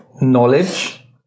knowledge